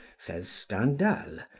says stendhal,